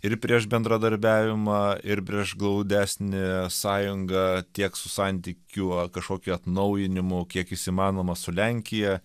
ir prieš bendradarbiavimą ir prieš glaudesnę sąjungą tiek su santykių a kažkokį atnaujinimų kiek jis įmanomas su lenkija